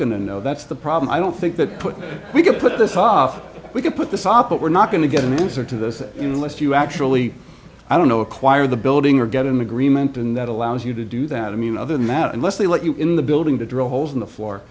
to know that's the problem i don't think that we could put this off we could put this up but we're not going to get an answer to this unless you actually i don't know acquire the building or get an agreement and that allows you to do that i mean other than that unless they let you in the building to drill holes in the floor